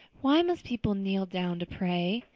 why must people kneel down to pray?